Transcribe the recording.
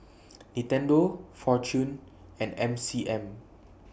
Nintendo Fortune and M C M